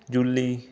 ਜੁੱਲੀ